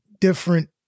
different